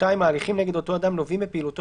(2)ההליכים נגד אותו אדם נובעים מפעילותו